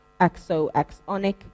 axoaxonic